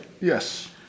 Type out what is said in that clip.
Yes